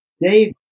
Dave